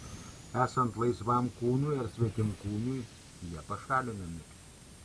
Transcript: esant laisvam kūnui ar svetimkūniui jie pašalinami